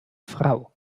frau